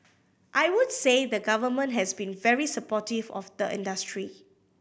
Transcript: I would say the Government has been very supportive of the industry